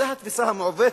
זאת התפיסה המעוותת.